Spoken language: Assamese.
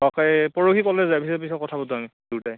অঁ এই পৰহি কলেজ যাম তাৰপিছত কথা পাতিম আমি দুয়োটাই